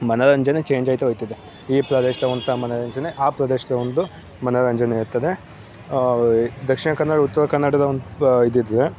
ಮನೋರಂಜನೆ ಚೇಂಜ್ ಆಯಿತಾ ಹೋಗ್ತದೆ ಈ ಪ್ರದೇಶ್ದಾಗೆ ಒಂಥರ ಮನೋರಂಜನೆ ಆ ಪ್ರದೇಶ್ದಲ್ಲಿ ಒಂದು ಮನೋರಂಜನೆ ಇರ್ತದೆ ದಕ್ಷಿಣ ಕನ್ನಡ ಉತ್ತರ ಕನ್ನಡದ ಒಂದು ಇದಿರುತ್ತದೆ